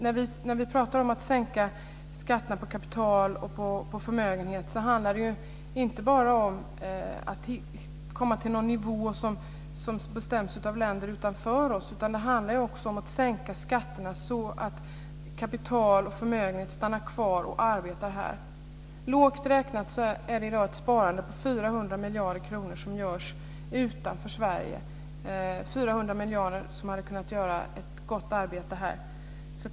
När vi pratar om att sänka skatterna på kapital och på förmögenhet handlar det inte bara om att komma till någon nivå som bestäms av länder utanför oss, utan det handlar också om att sänka skatterna så att kapital och förmögenhet stannar kvar och arbetar här. Lågt räknat är det i dag ett sparande på 400 miljarder kronor som sker utanför Sverige. Det är 400 miljarder som hade kunnat göra ett gott arbete här.